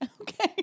Okay